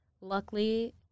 luckily